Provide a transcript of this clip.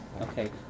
Okay